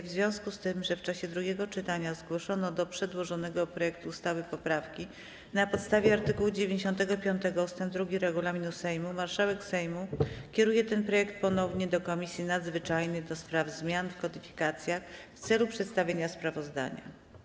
W związku z tym, że w czasie drugiego czytania zgłoszono do przedłożonego projektu ustawy poprawki, na podstawie art. 95 ust. 2 regulaminu Sejmu marszałek Sejmu kieruje ten projekt ponownie do Komisji Nadzwyczajnej do spraw zmian w kodyfikacjach w celu przedstawienia sprawozdania.